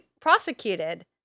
prosecuted